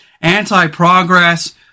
anti-progress